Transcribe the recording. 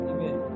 Amen